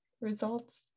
results